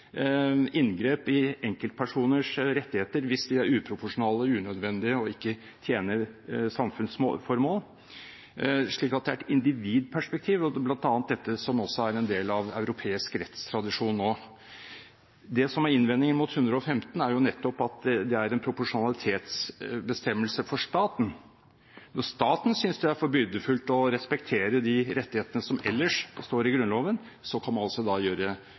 inngrep i enkeltpersoners rettigheter hvis de er uproporsjonale og unødvendige og ikke tjener samfunnsformål. Så det er et individperspektiv, bl.a. dette som også er en del av europeisk rettstradisjon nå. Det som er innvendingen mot § 115, er nettopp at det er en proporsjonalitetsbestemmelse for staten. Når staten synes det er for byrdefullt å respektere de rettighetene som ellers står i Grunnloven, kan man altså da gjøre